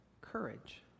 courage